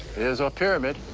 there's our pyramid.